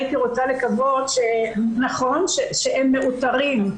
הייתי רוצה לקוות שהם מאותרים.